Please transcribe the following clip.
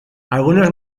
algunos